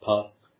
Past